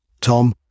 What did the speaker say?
Tom